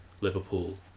Liverpool